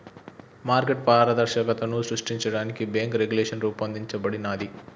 market పారదర్శకతను సృష్టించడానికి bank regulation రూపొందించబడినాది